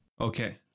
Okay